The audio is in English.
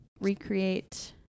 Recreate